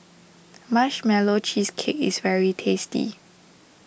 Marshmallow Cheesecake is very tasty